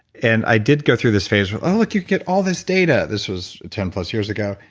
and i did go through this phase, but oh look you get all this data, this was ten plus years ago,